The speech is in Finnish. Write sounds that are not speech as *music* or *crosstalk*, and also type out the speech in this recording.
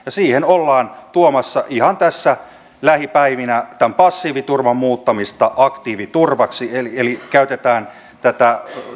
*unintelligible* ja siihen ollaan tuomassa ihan lähipäivinä tämän passiiviturvan muuttamista aktiiviturvaksi eli eli käytetään